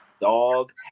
dog